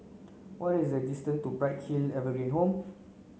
what is the distance to Bright Hill Evergreen Home